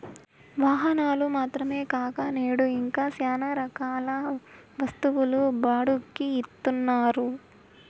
వాహనాలు మాత్రమే కాక నేడు ఇంకా శ్యానా రకాల వస్తువులు బాడుక్కి ఇత్తన్నారు